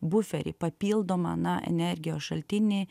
buferį papildomą na energijos šaltinį